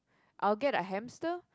I would get a hamster